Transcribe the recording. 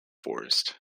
forest